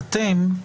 יערה,